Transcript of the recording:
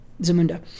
Zamunda